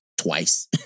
twice